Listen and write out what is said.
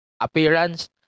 appearance